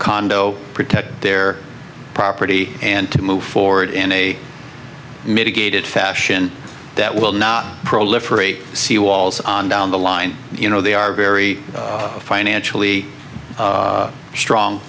condo protect their property and to move forward in a mitigated fashion that will not proliferate seawalls on down the line you know they are very financially strong